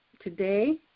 today